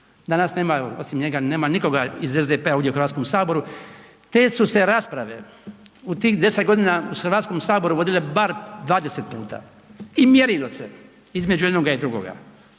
Danas nema, osim njega nema nikoga iz SDP-a u HS-u. Te su se rasprave u tih 10 godina u HS-u vodile bar 20 puta i mjerilo se između jednoga i drugoga.